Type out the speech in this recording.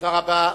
תודה רבה.